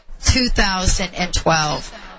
2012